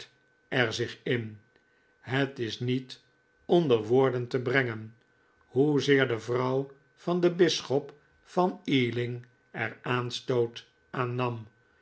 er zich in het is niet onder woorden te brengen hoezeer de vrouw van den bisschop van ealing er aanstoot aan nam